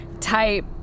type